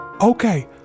Okay